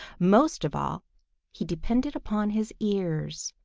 most of all he depended upon his ears,